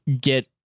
get